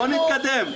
בואו נתקדם.